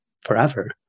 forever